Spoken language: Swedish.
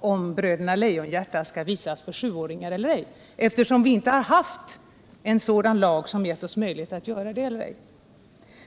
om Bröderna Lejonhjärta skall visas för sjuåringar eller ej, eftersom vi inte haft en lag som gett oss möjlighet att göra det.